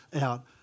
out